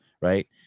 Right